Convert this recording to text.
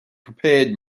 prepared